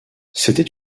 c’était